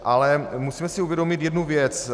Ale musíme si uvědomit jednu věc.